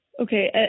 Okay